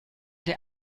der